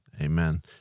Amen